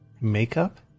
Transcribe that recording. makeup